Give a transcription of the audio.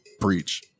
preach